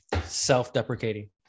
self-deprecating